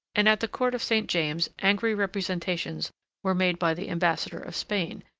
and at the court of st. james's angry representations were made by the ambassador of spain,